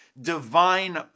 divine